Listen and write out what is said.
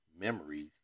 memories